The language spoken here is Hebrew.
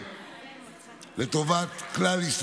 עליזה,